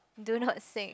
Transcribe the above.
do not sing